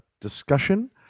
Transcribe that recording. discussion